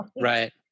right